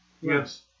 Yes